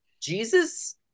jesus